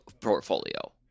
portfolio